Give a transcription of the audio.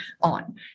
on